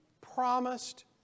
promised